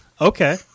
okay